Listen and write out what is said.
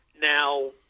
Now